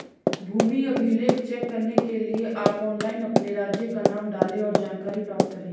भूमि अभिलेख चेक करने के लिए आप ऑनलाइन अपने राज्य का नाम डालें, और जानकारी प्राप्त करे